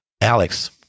Alex